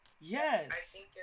Yes